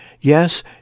Yes